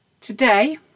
Today